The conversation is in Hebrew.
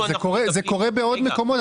זה קורה בעוד מקומות.